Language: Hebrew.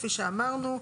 כפי שאמרנו.